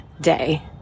day